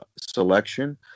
selection